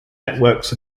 networks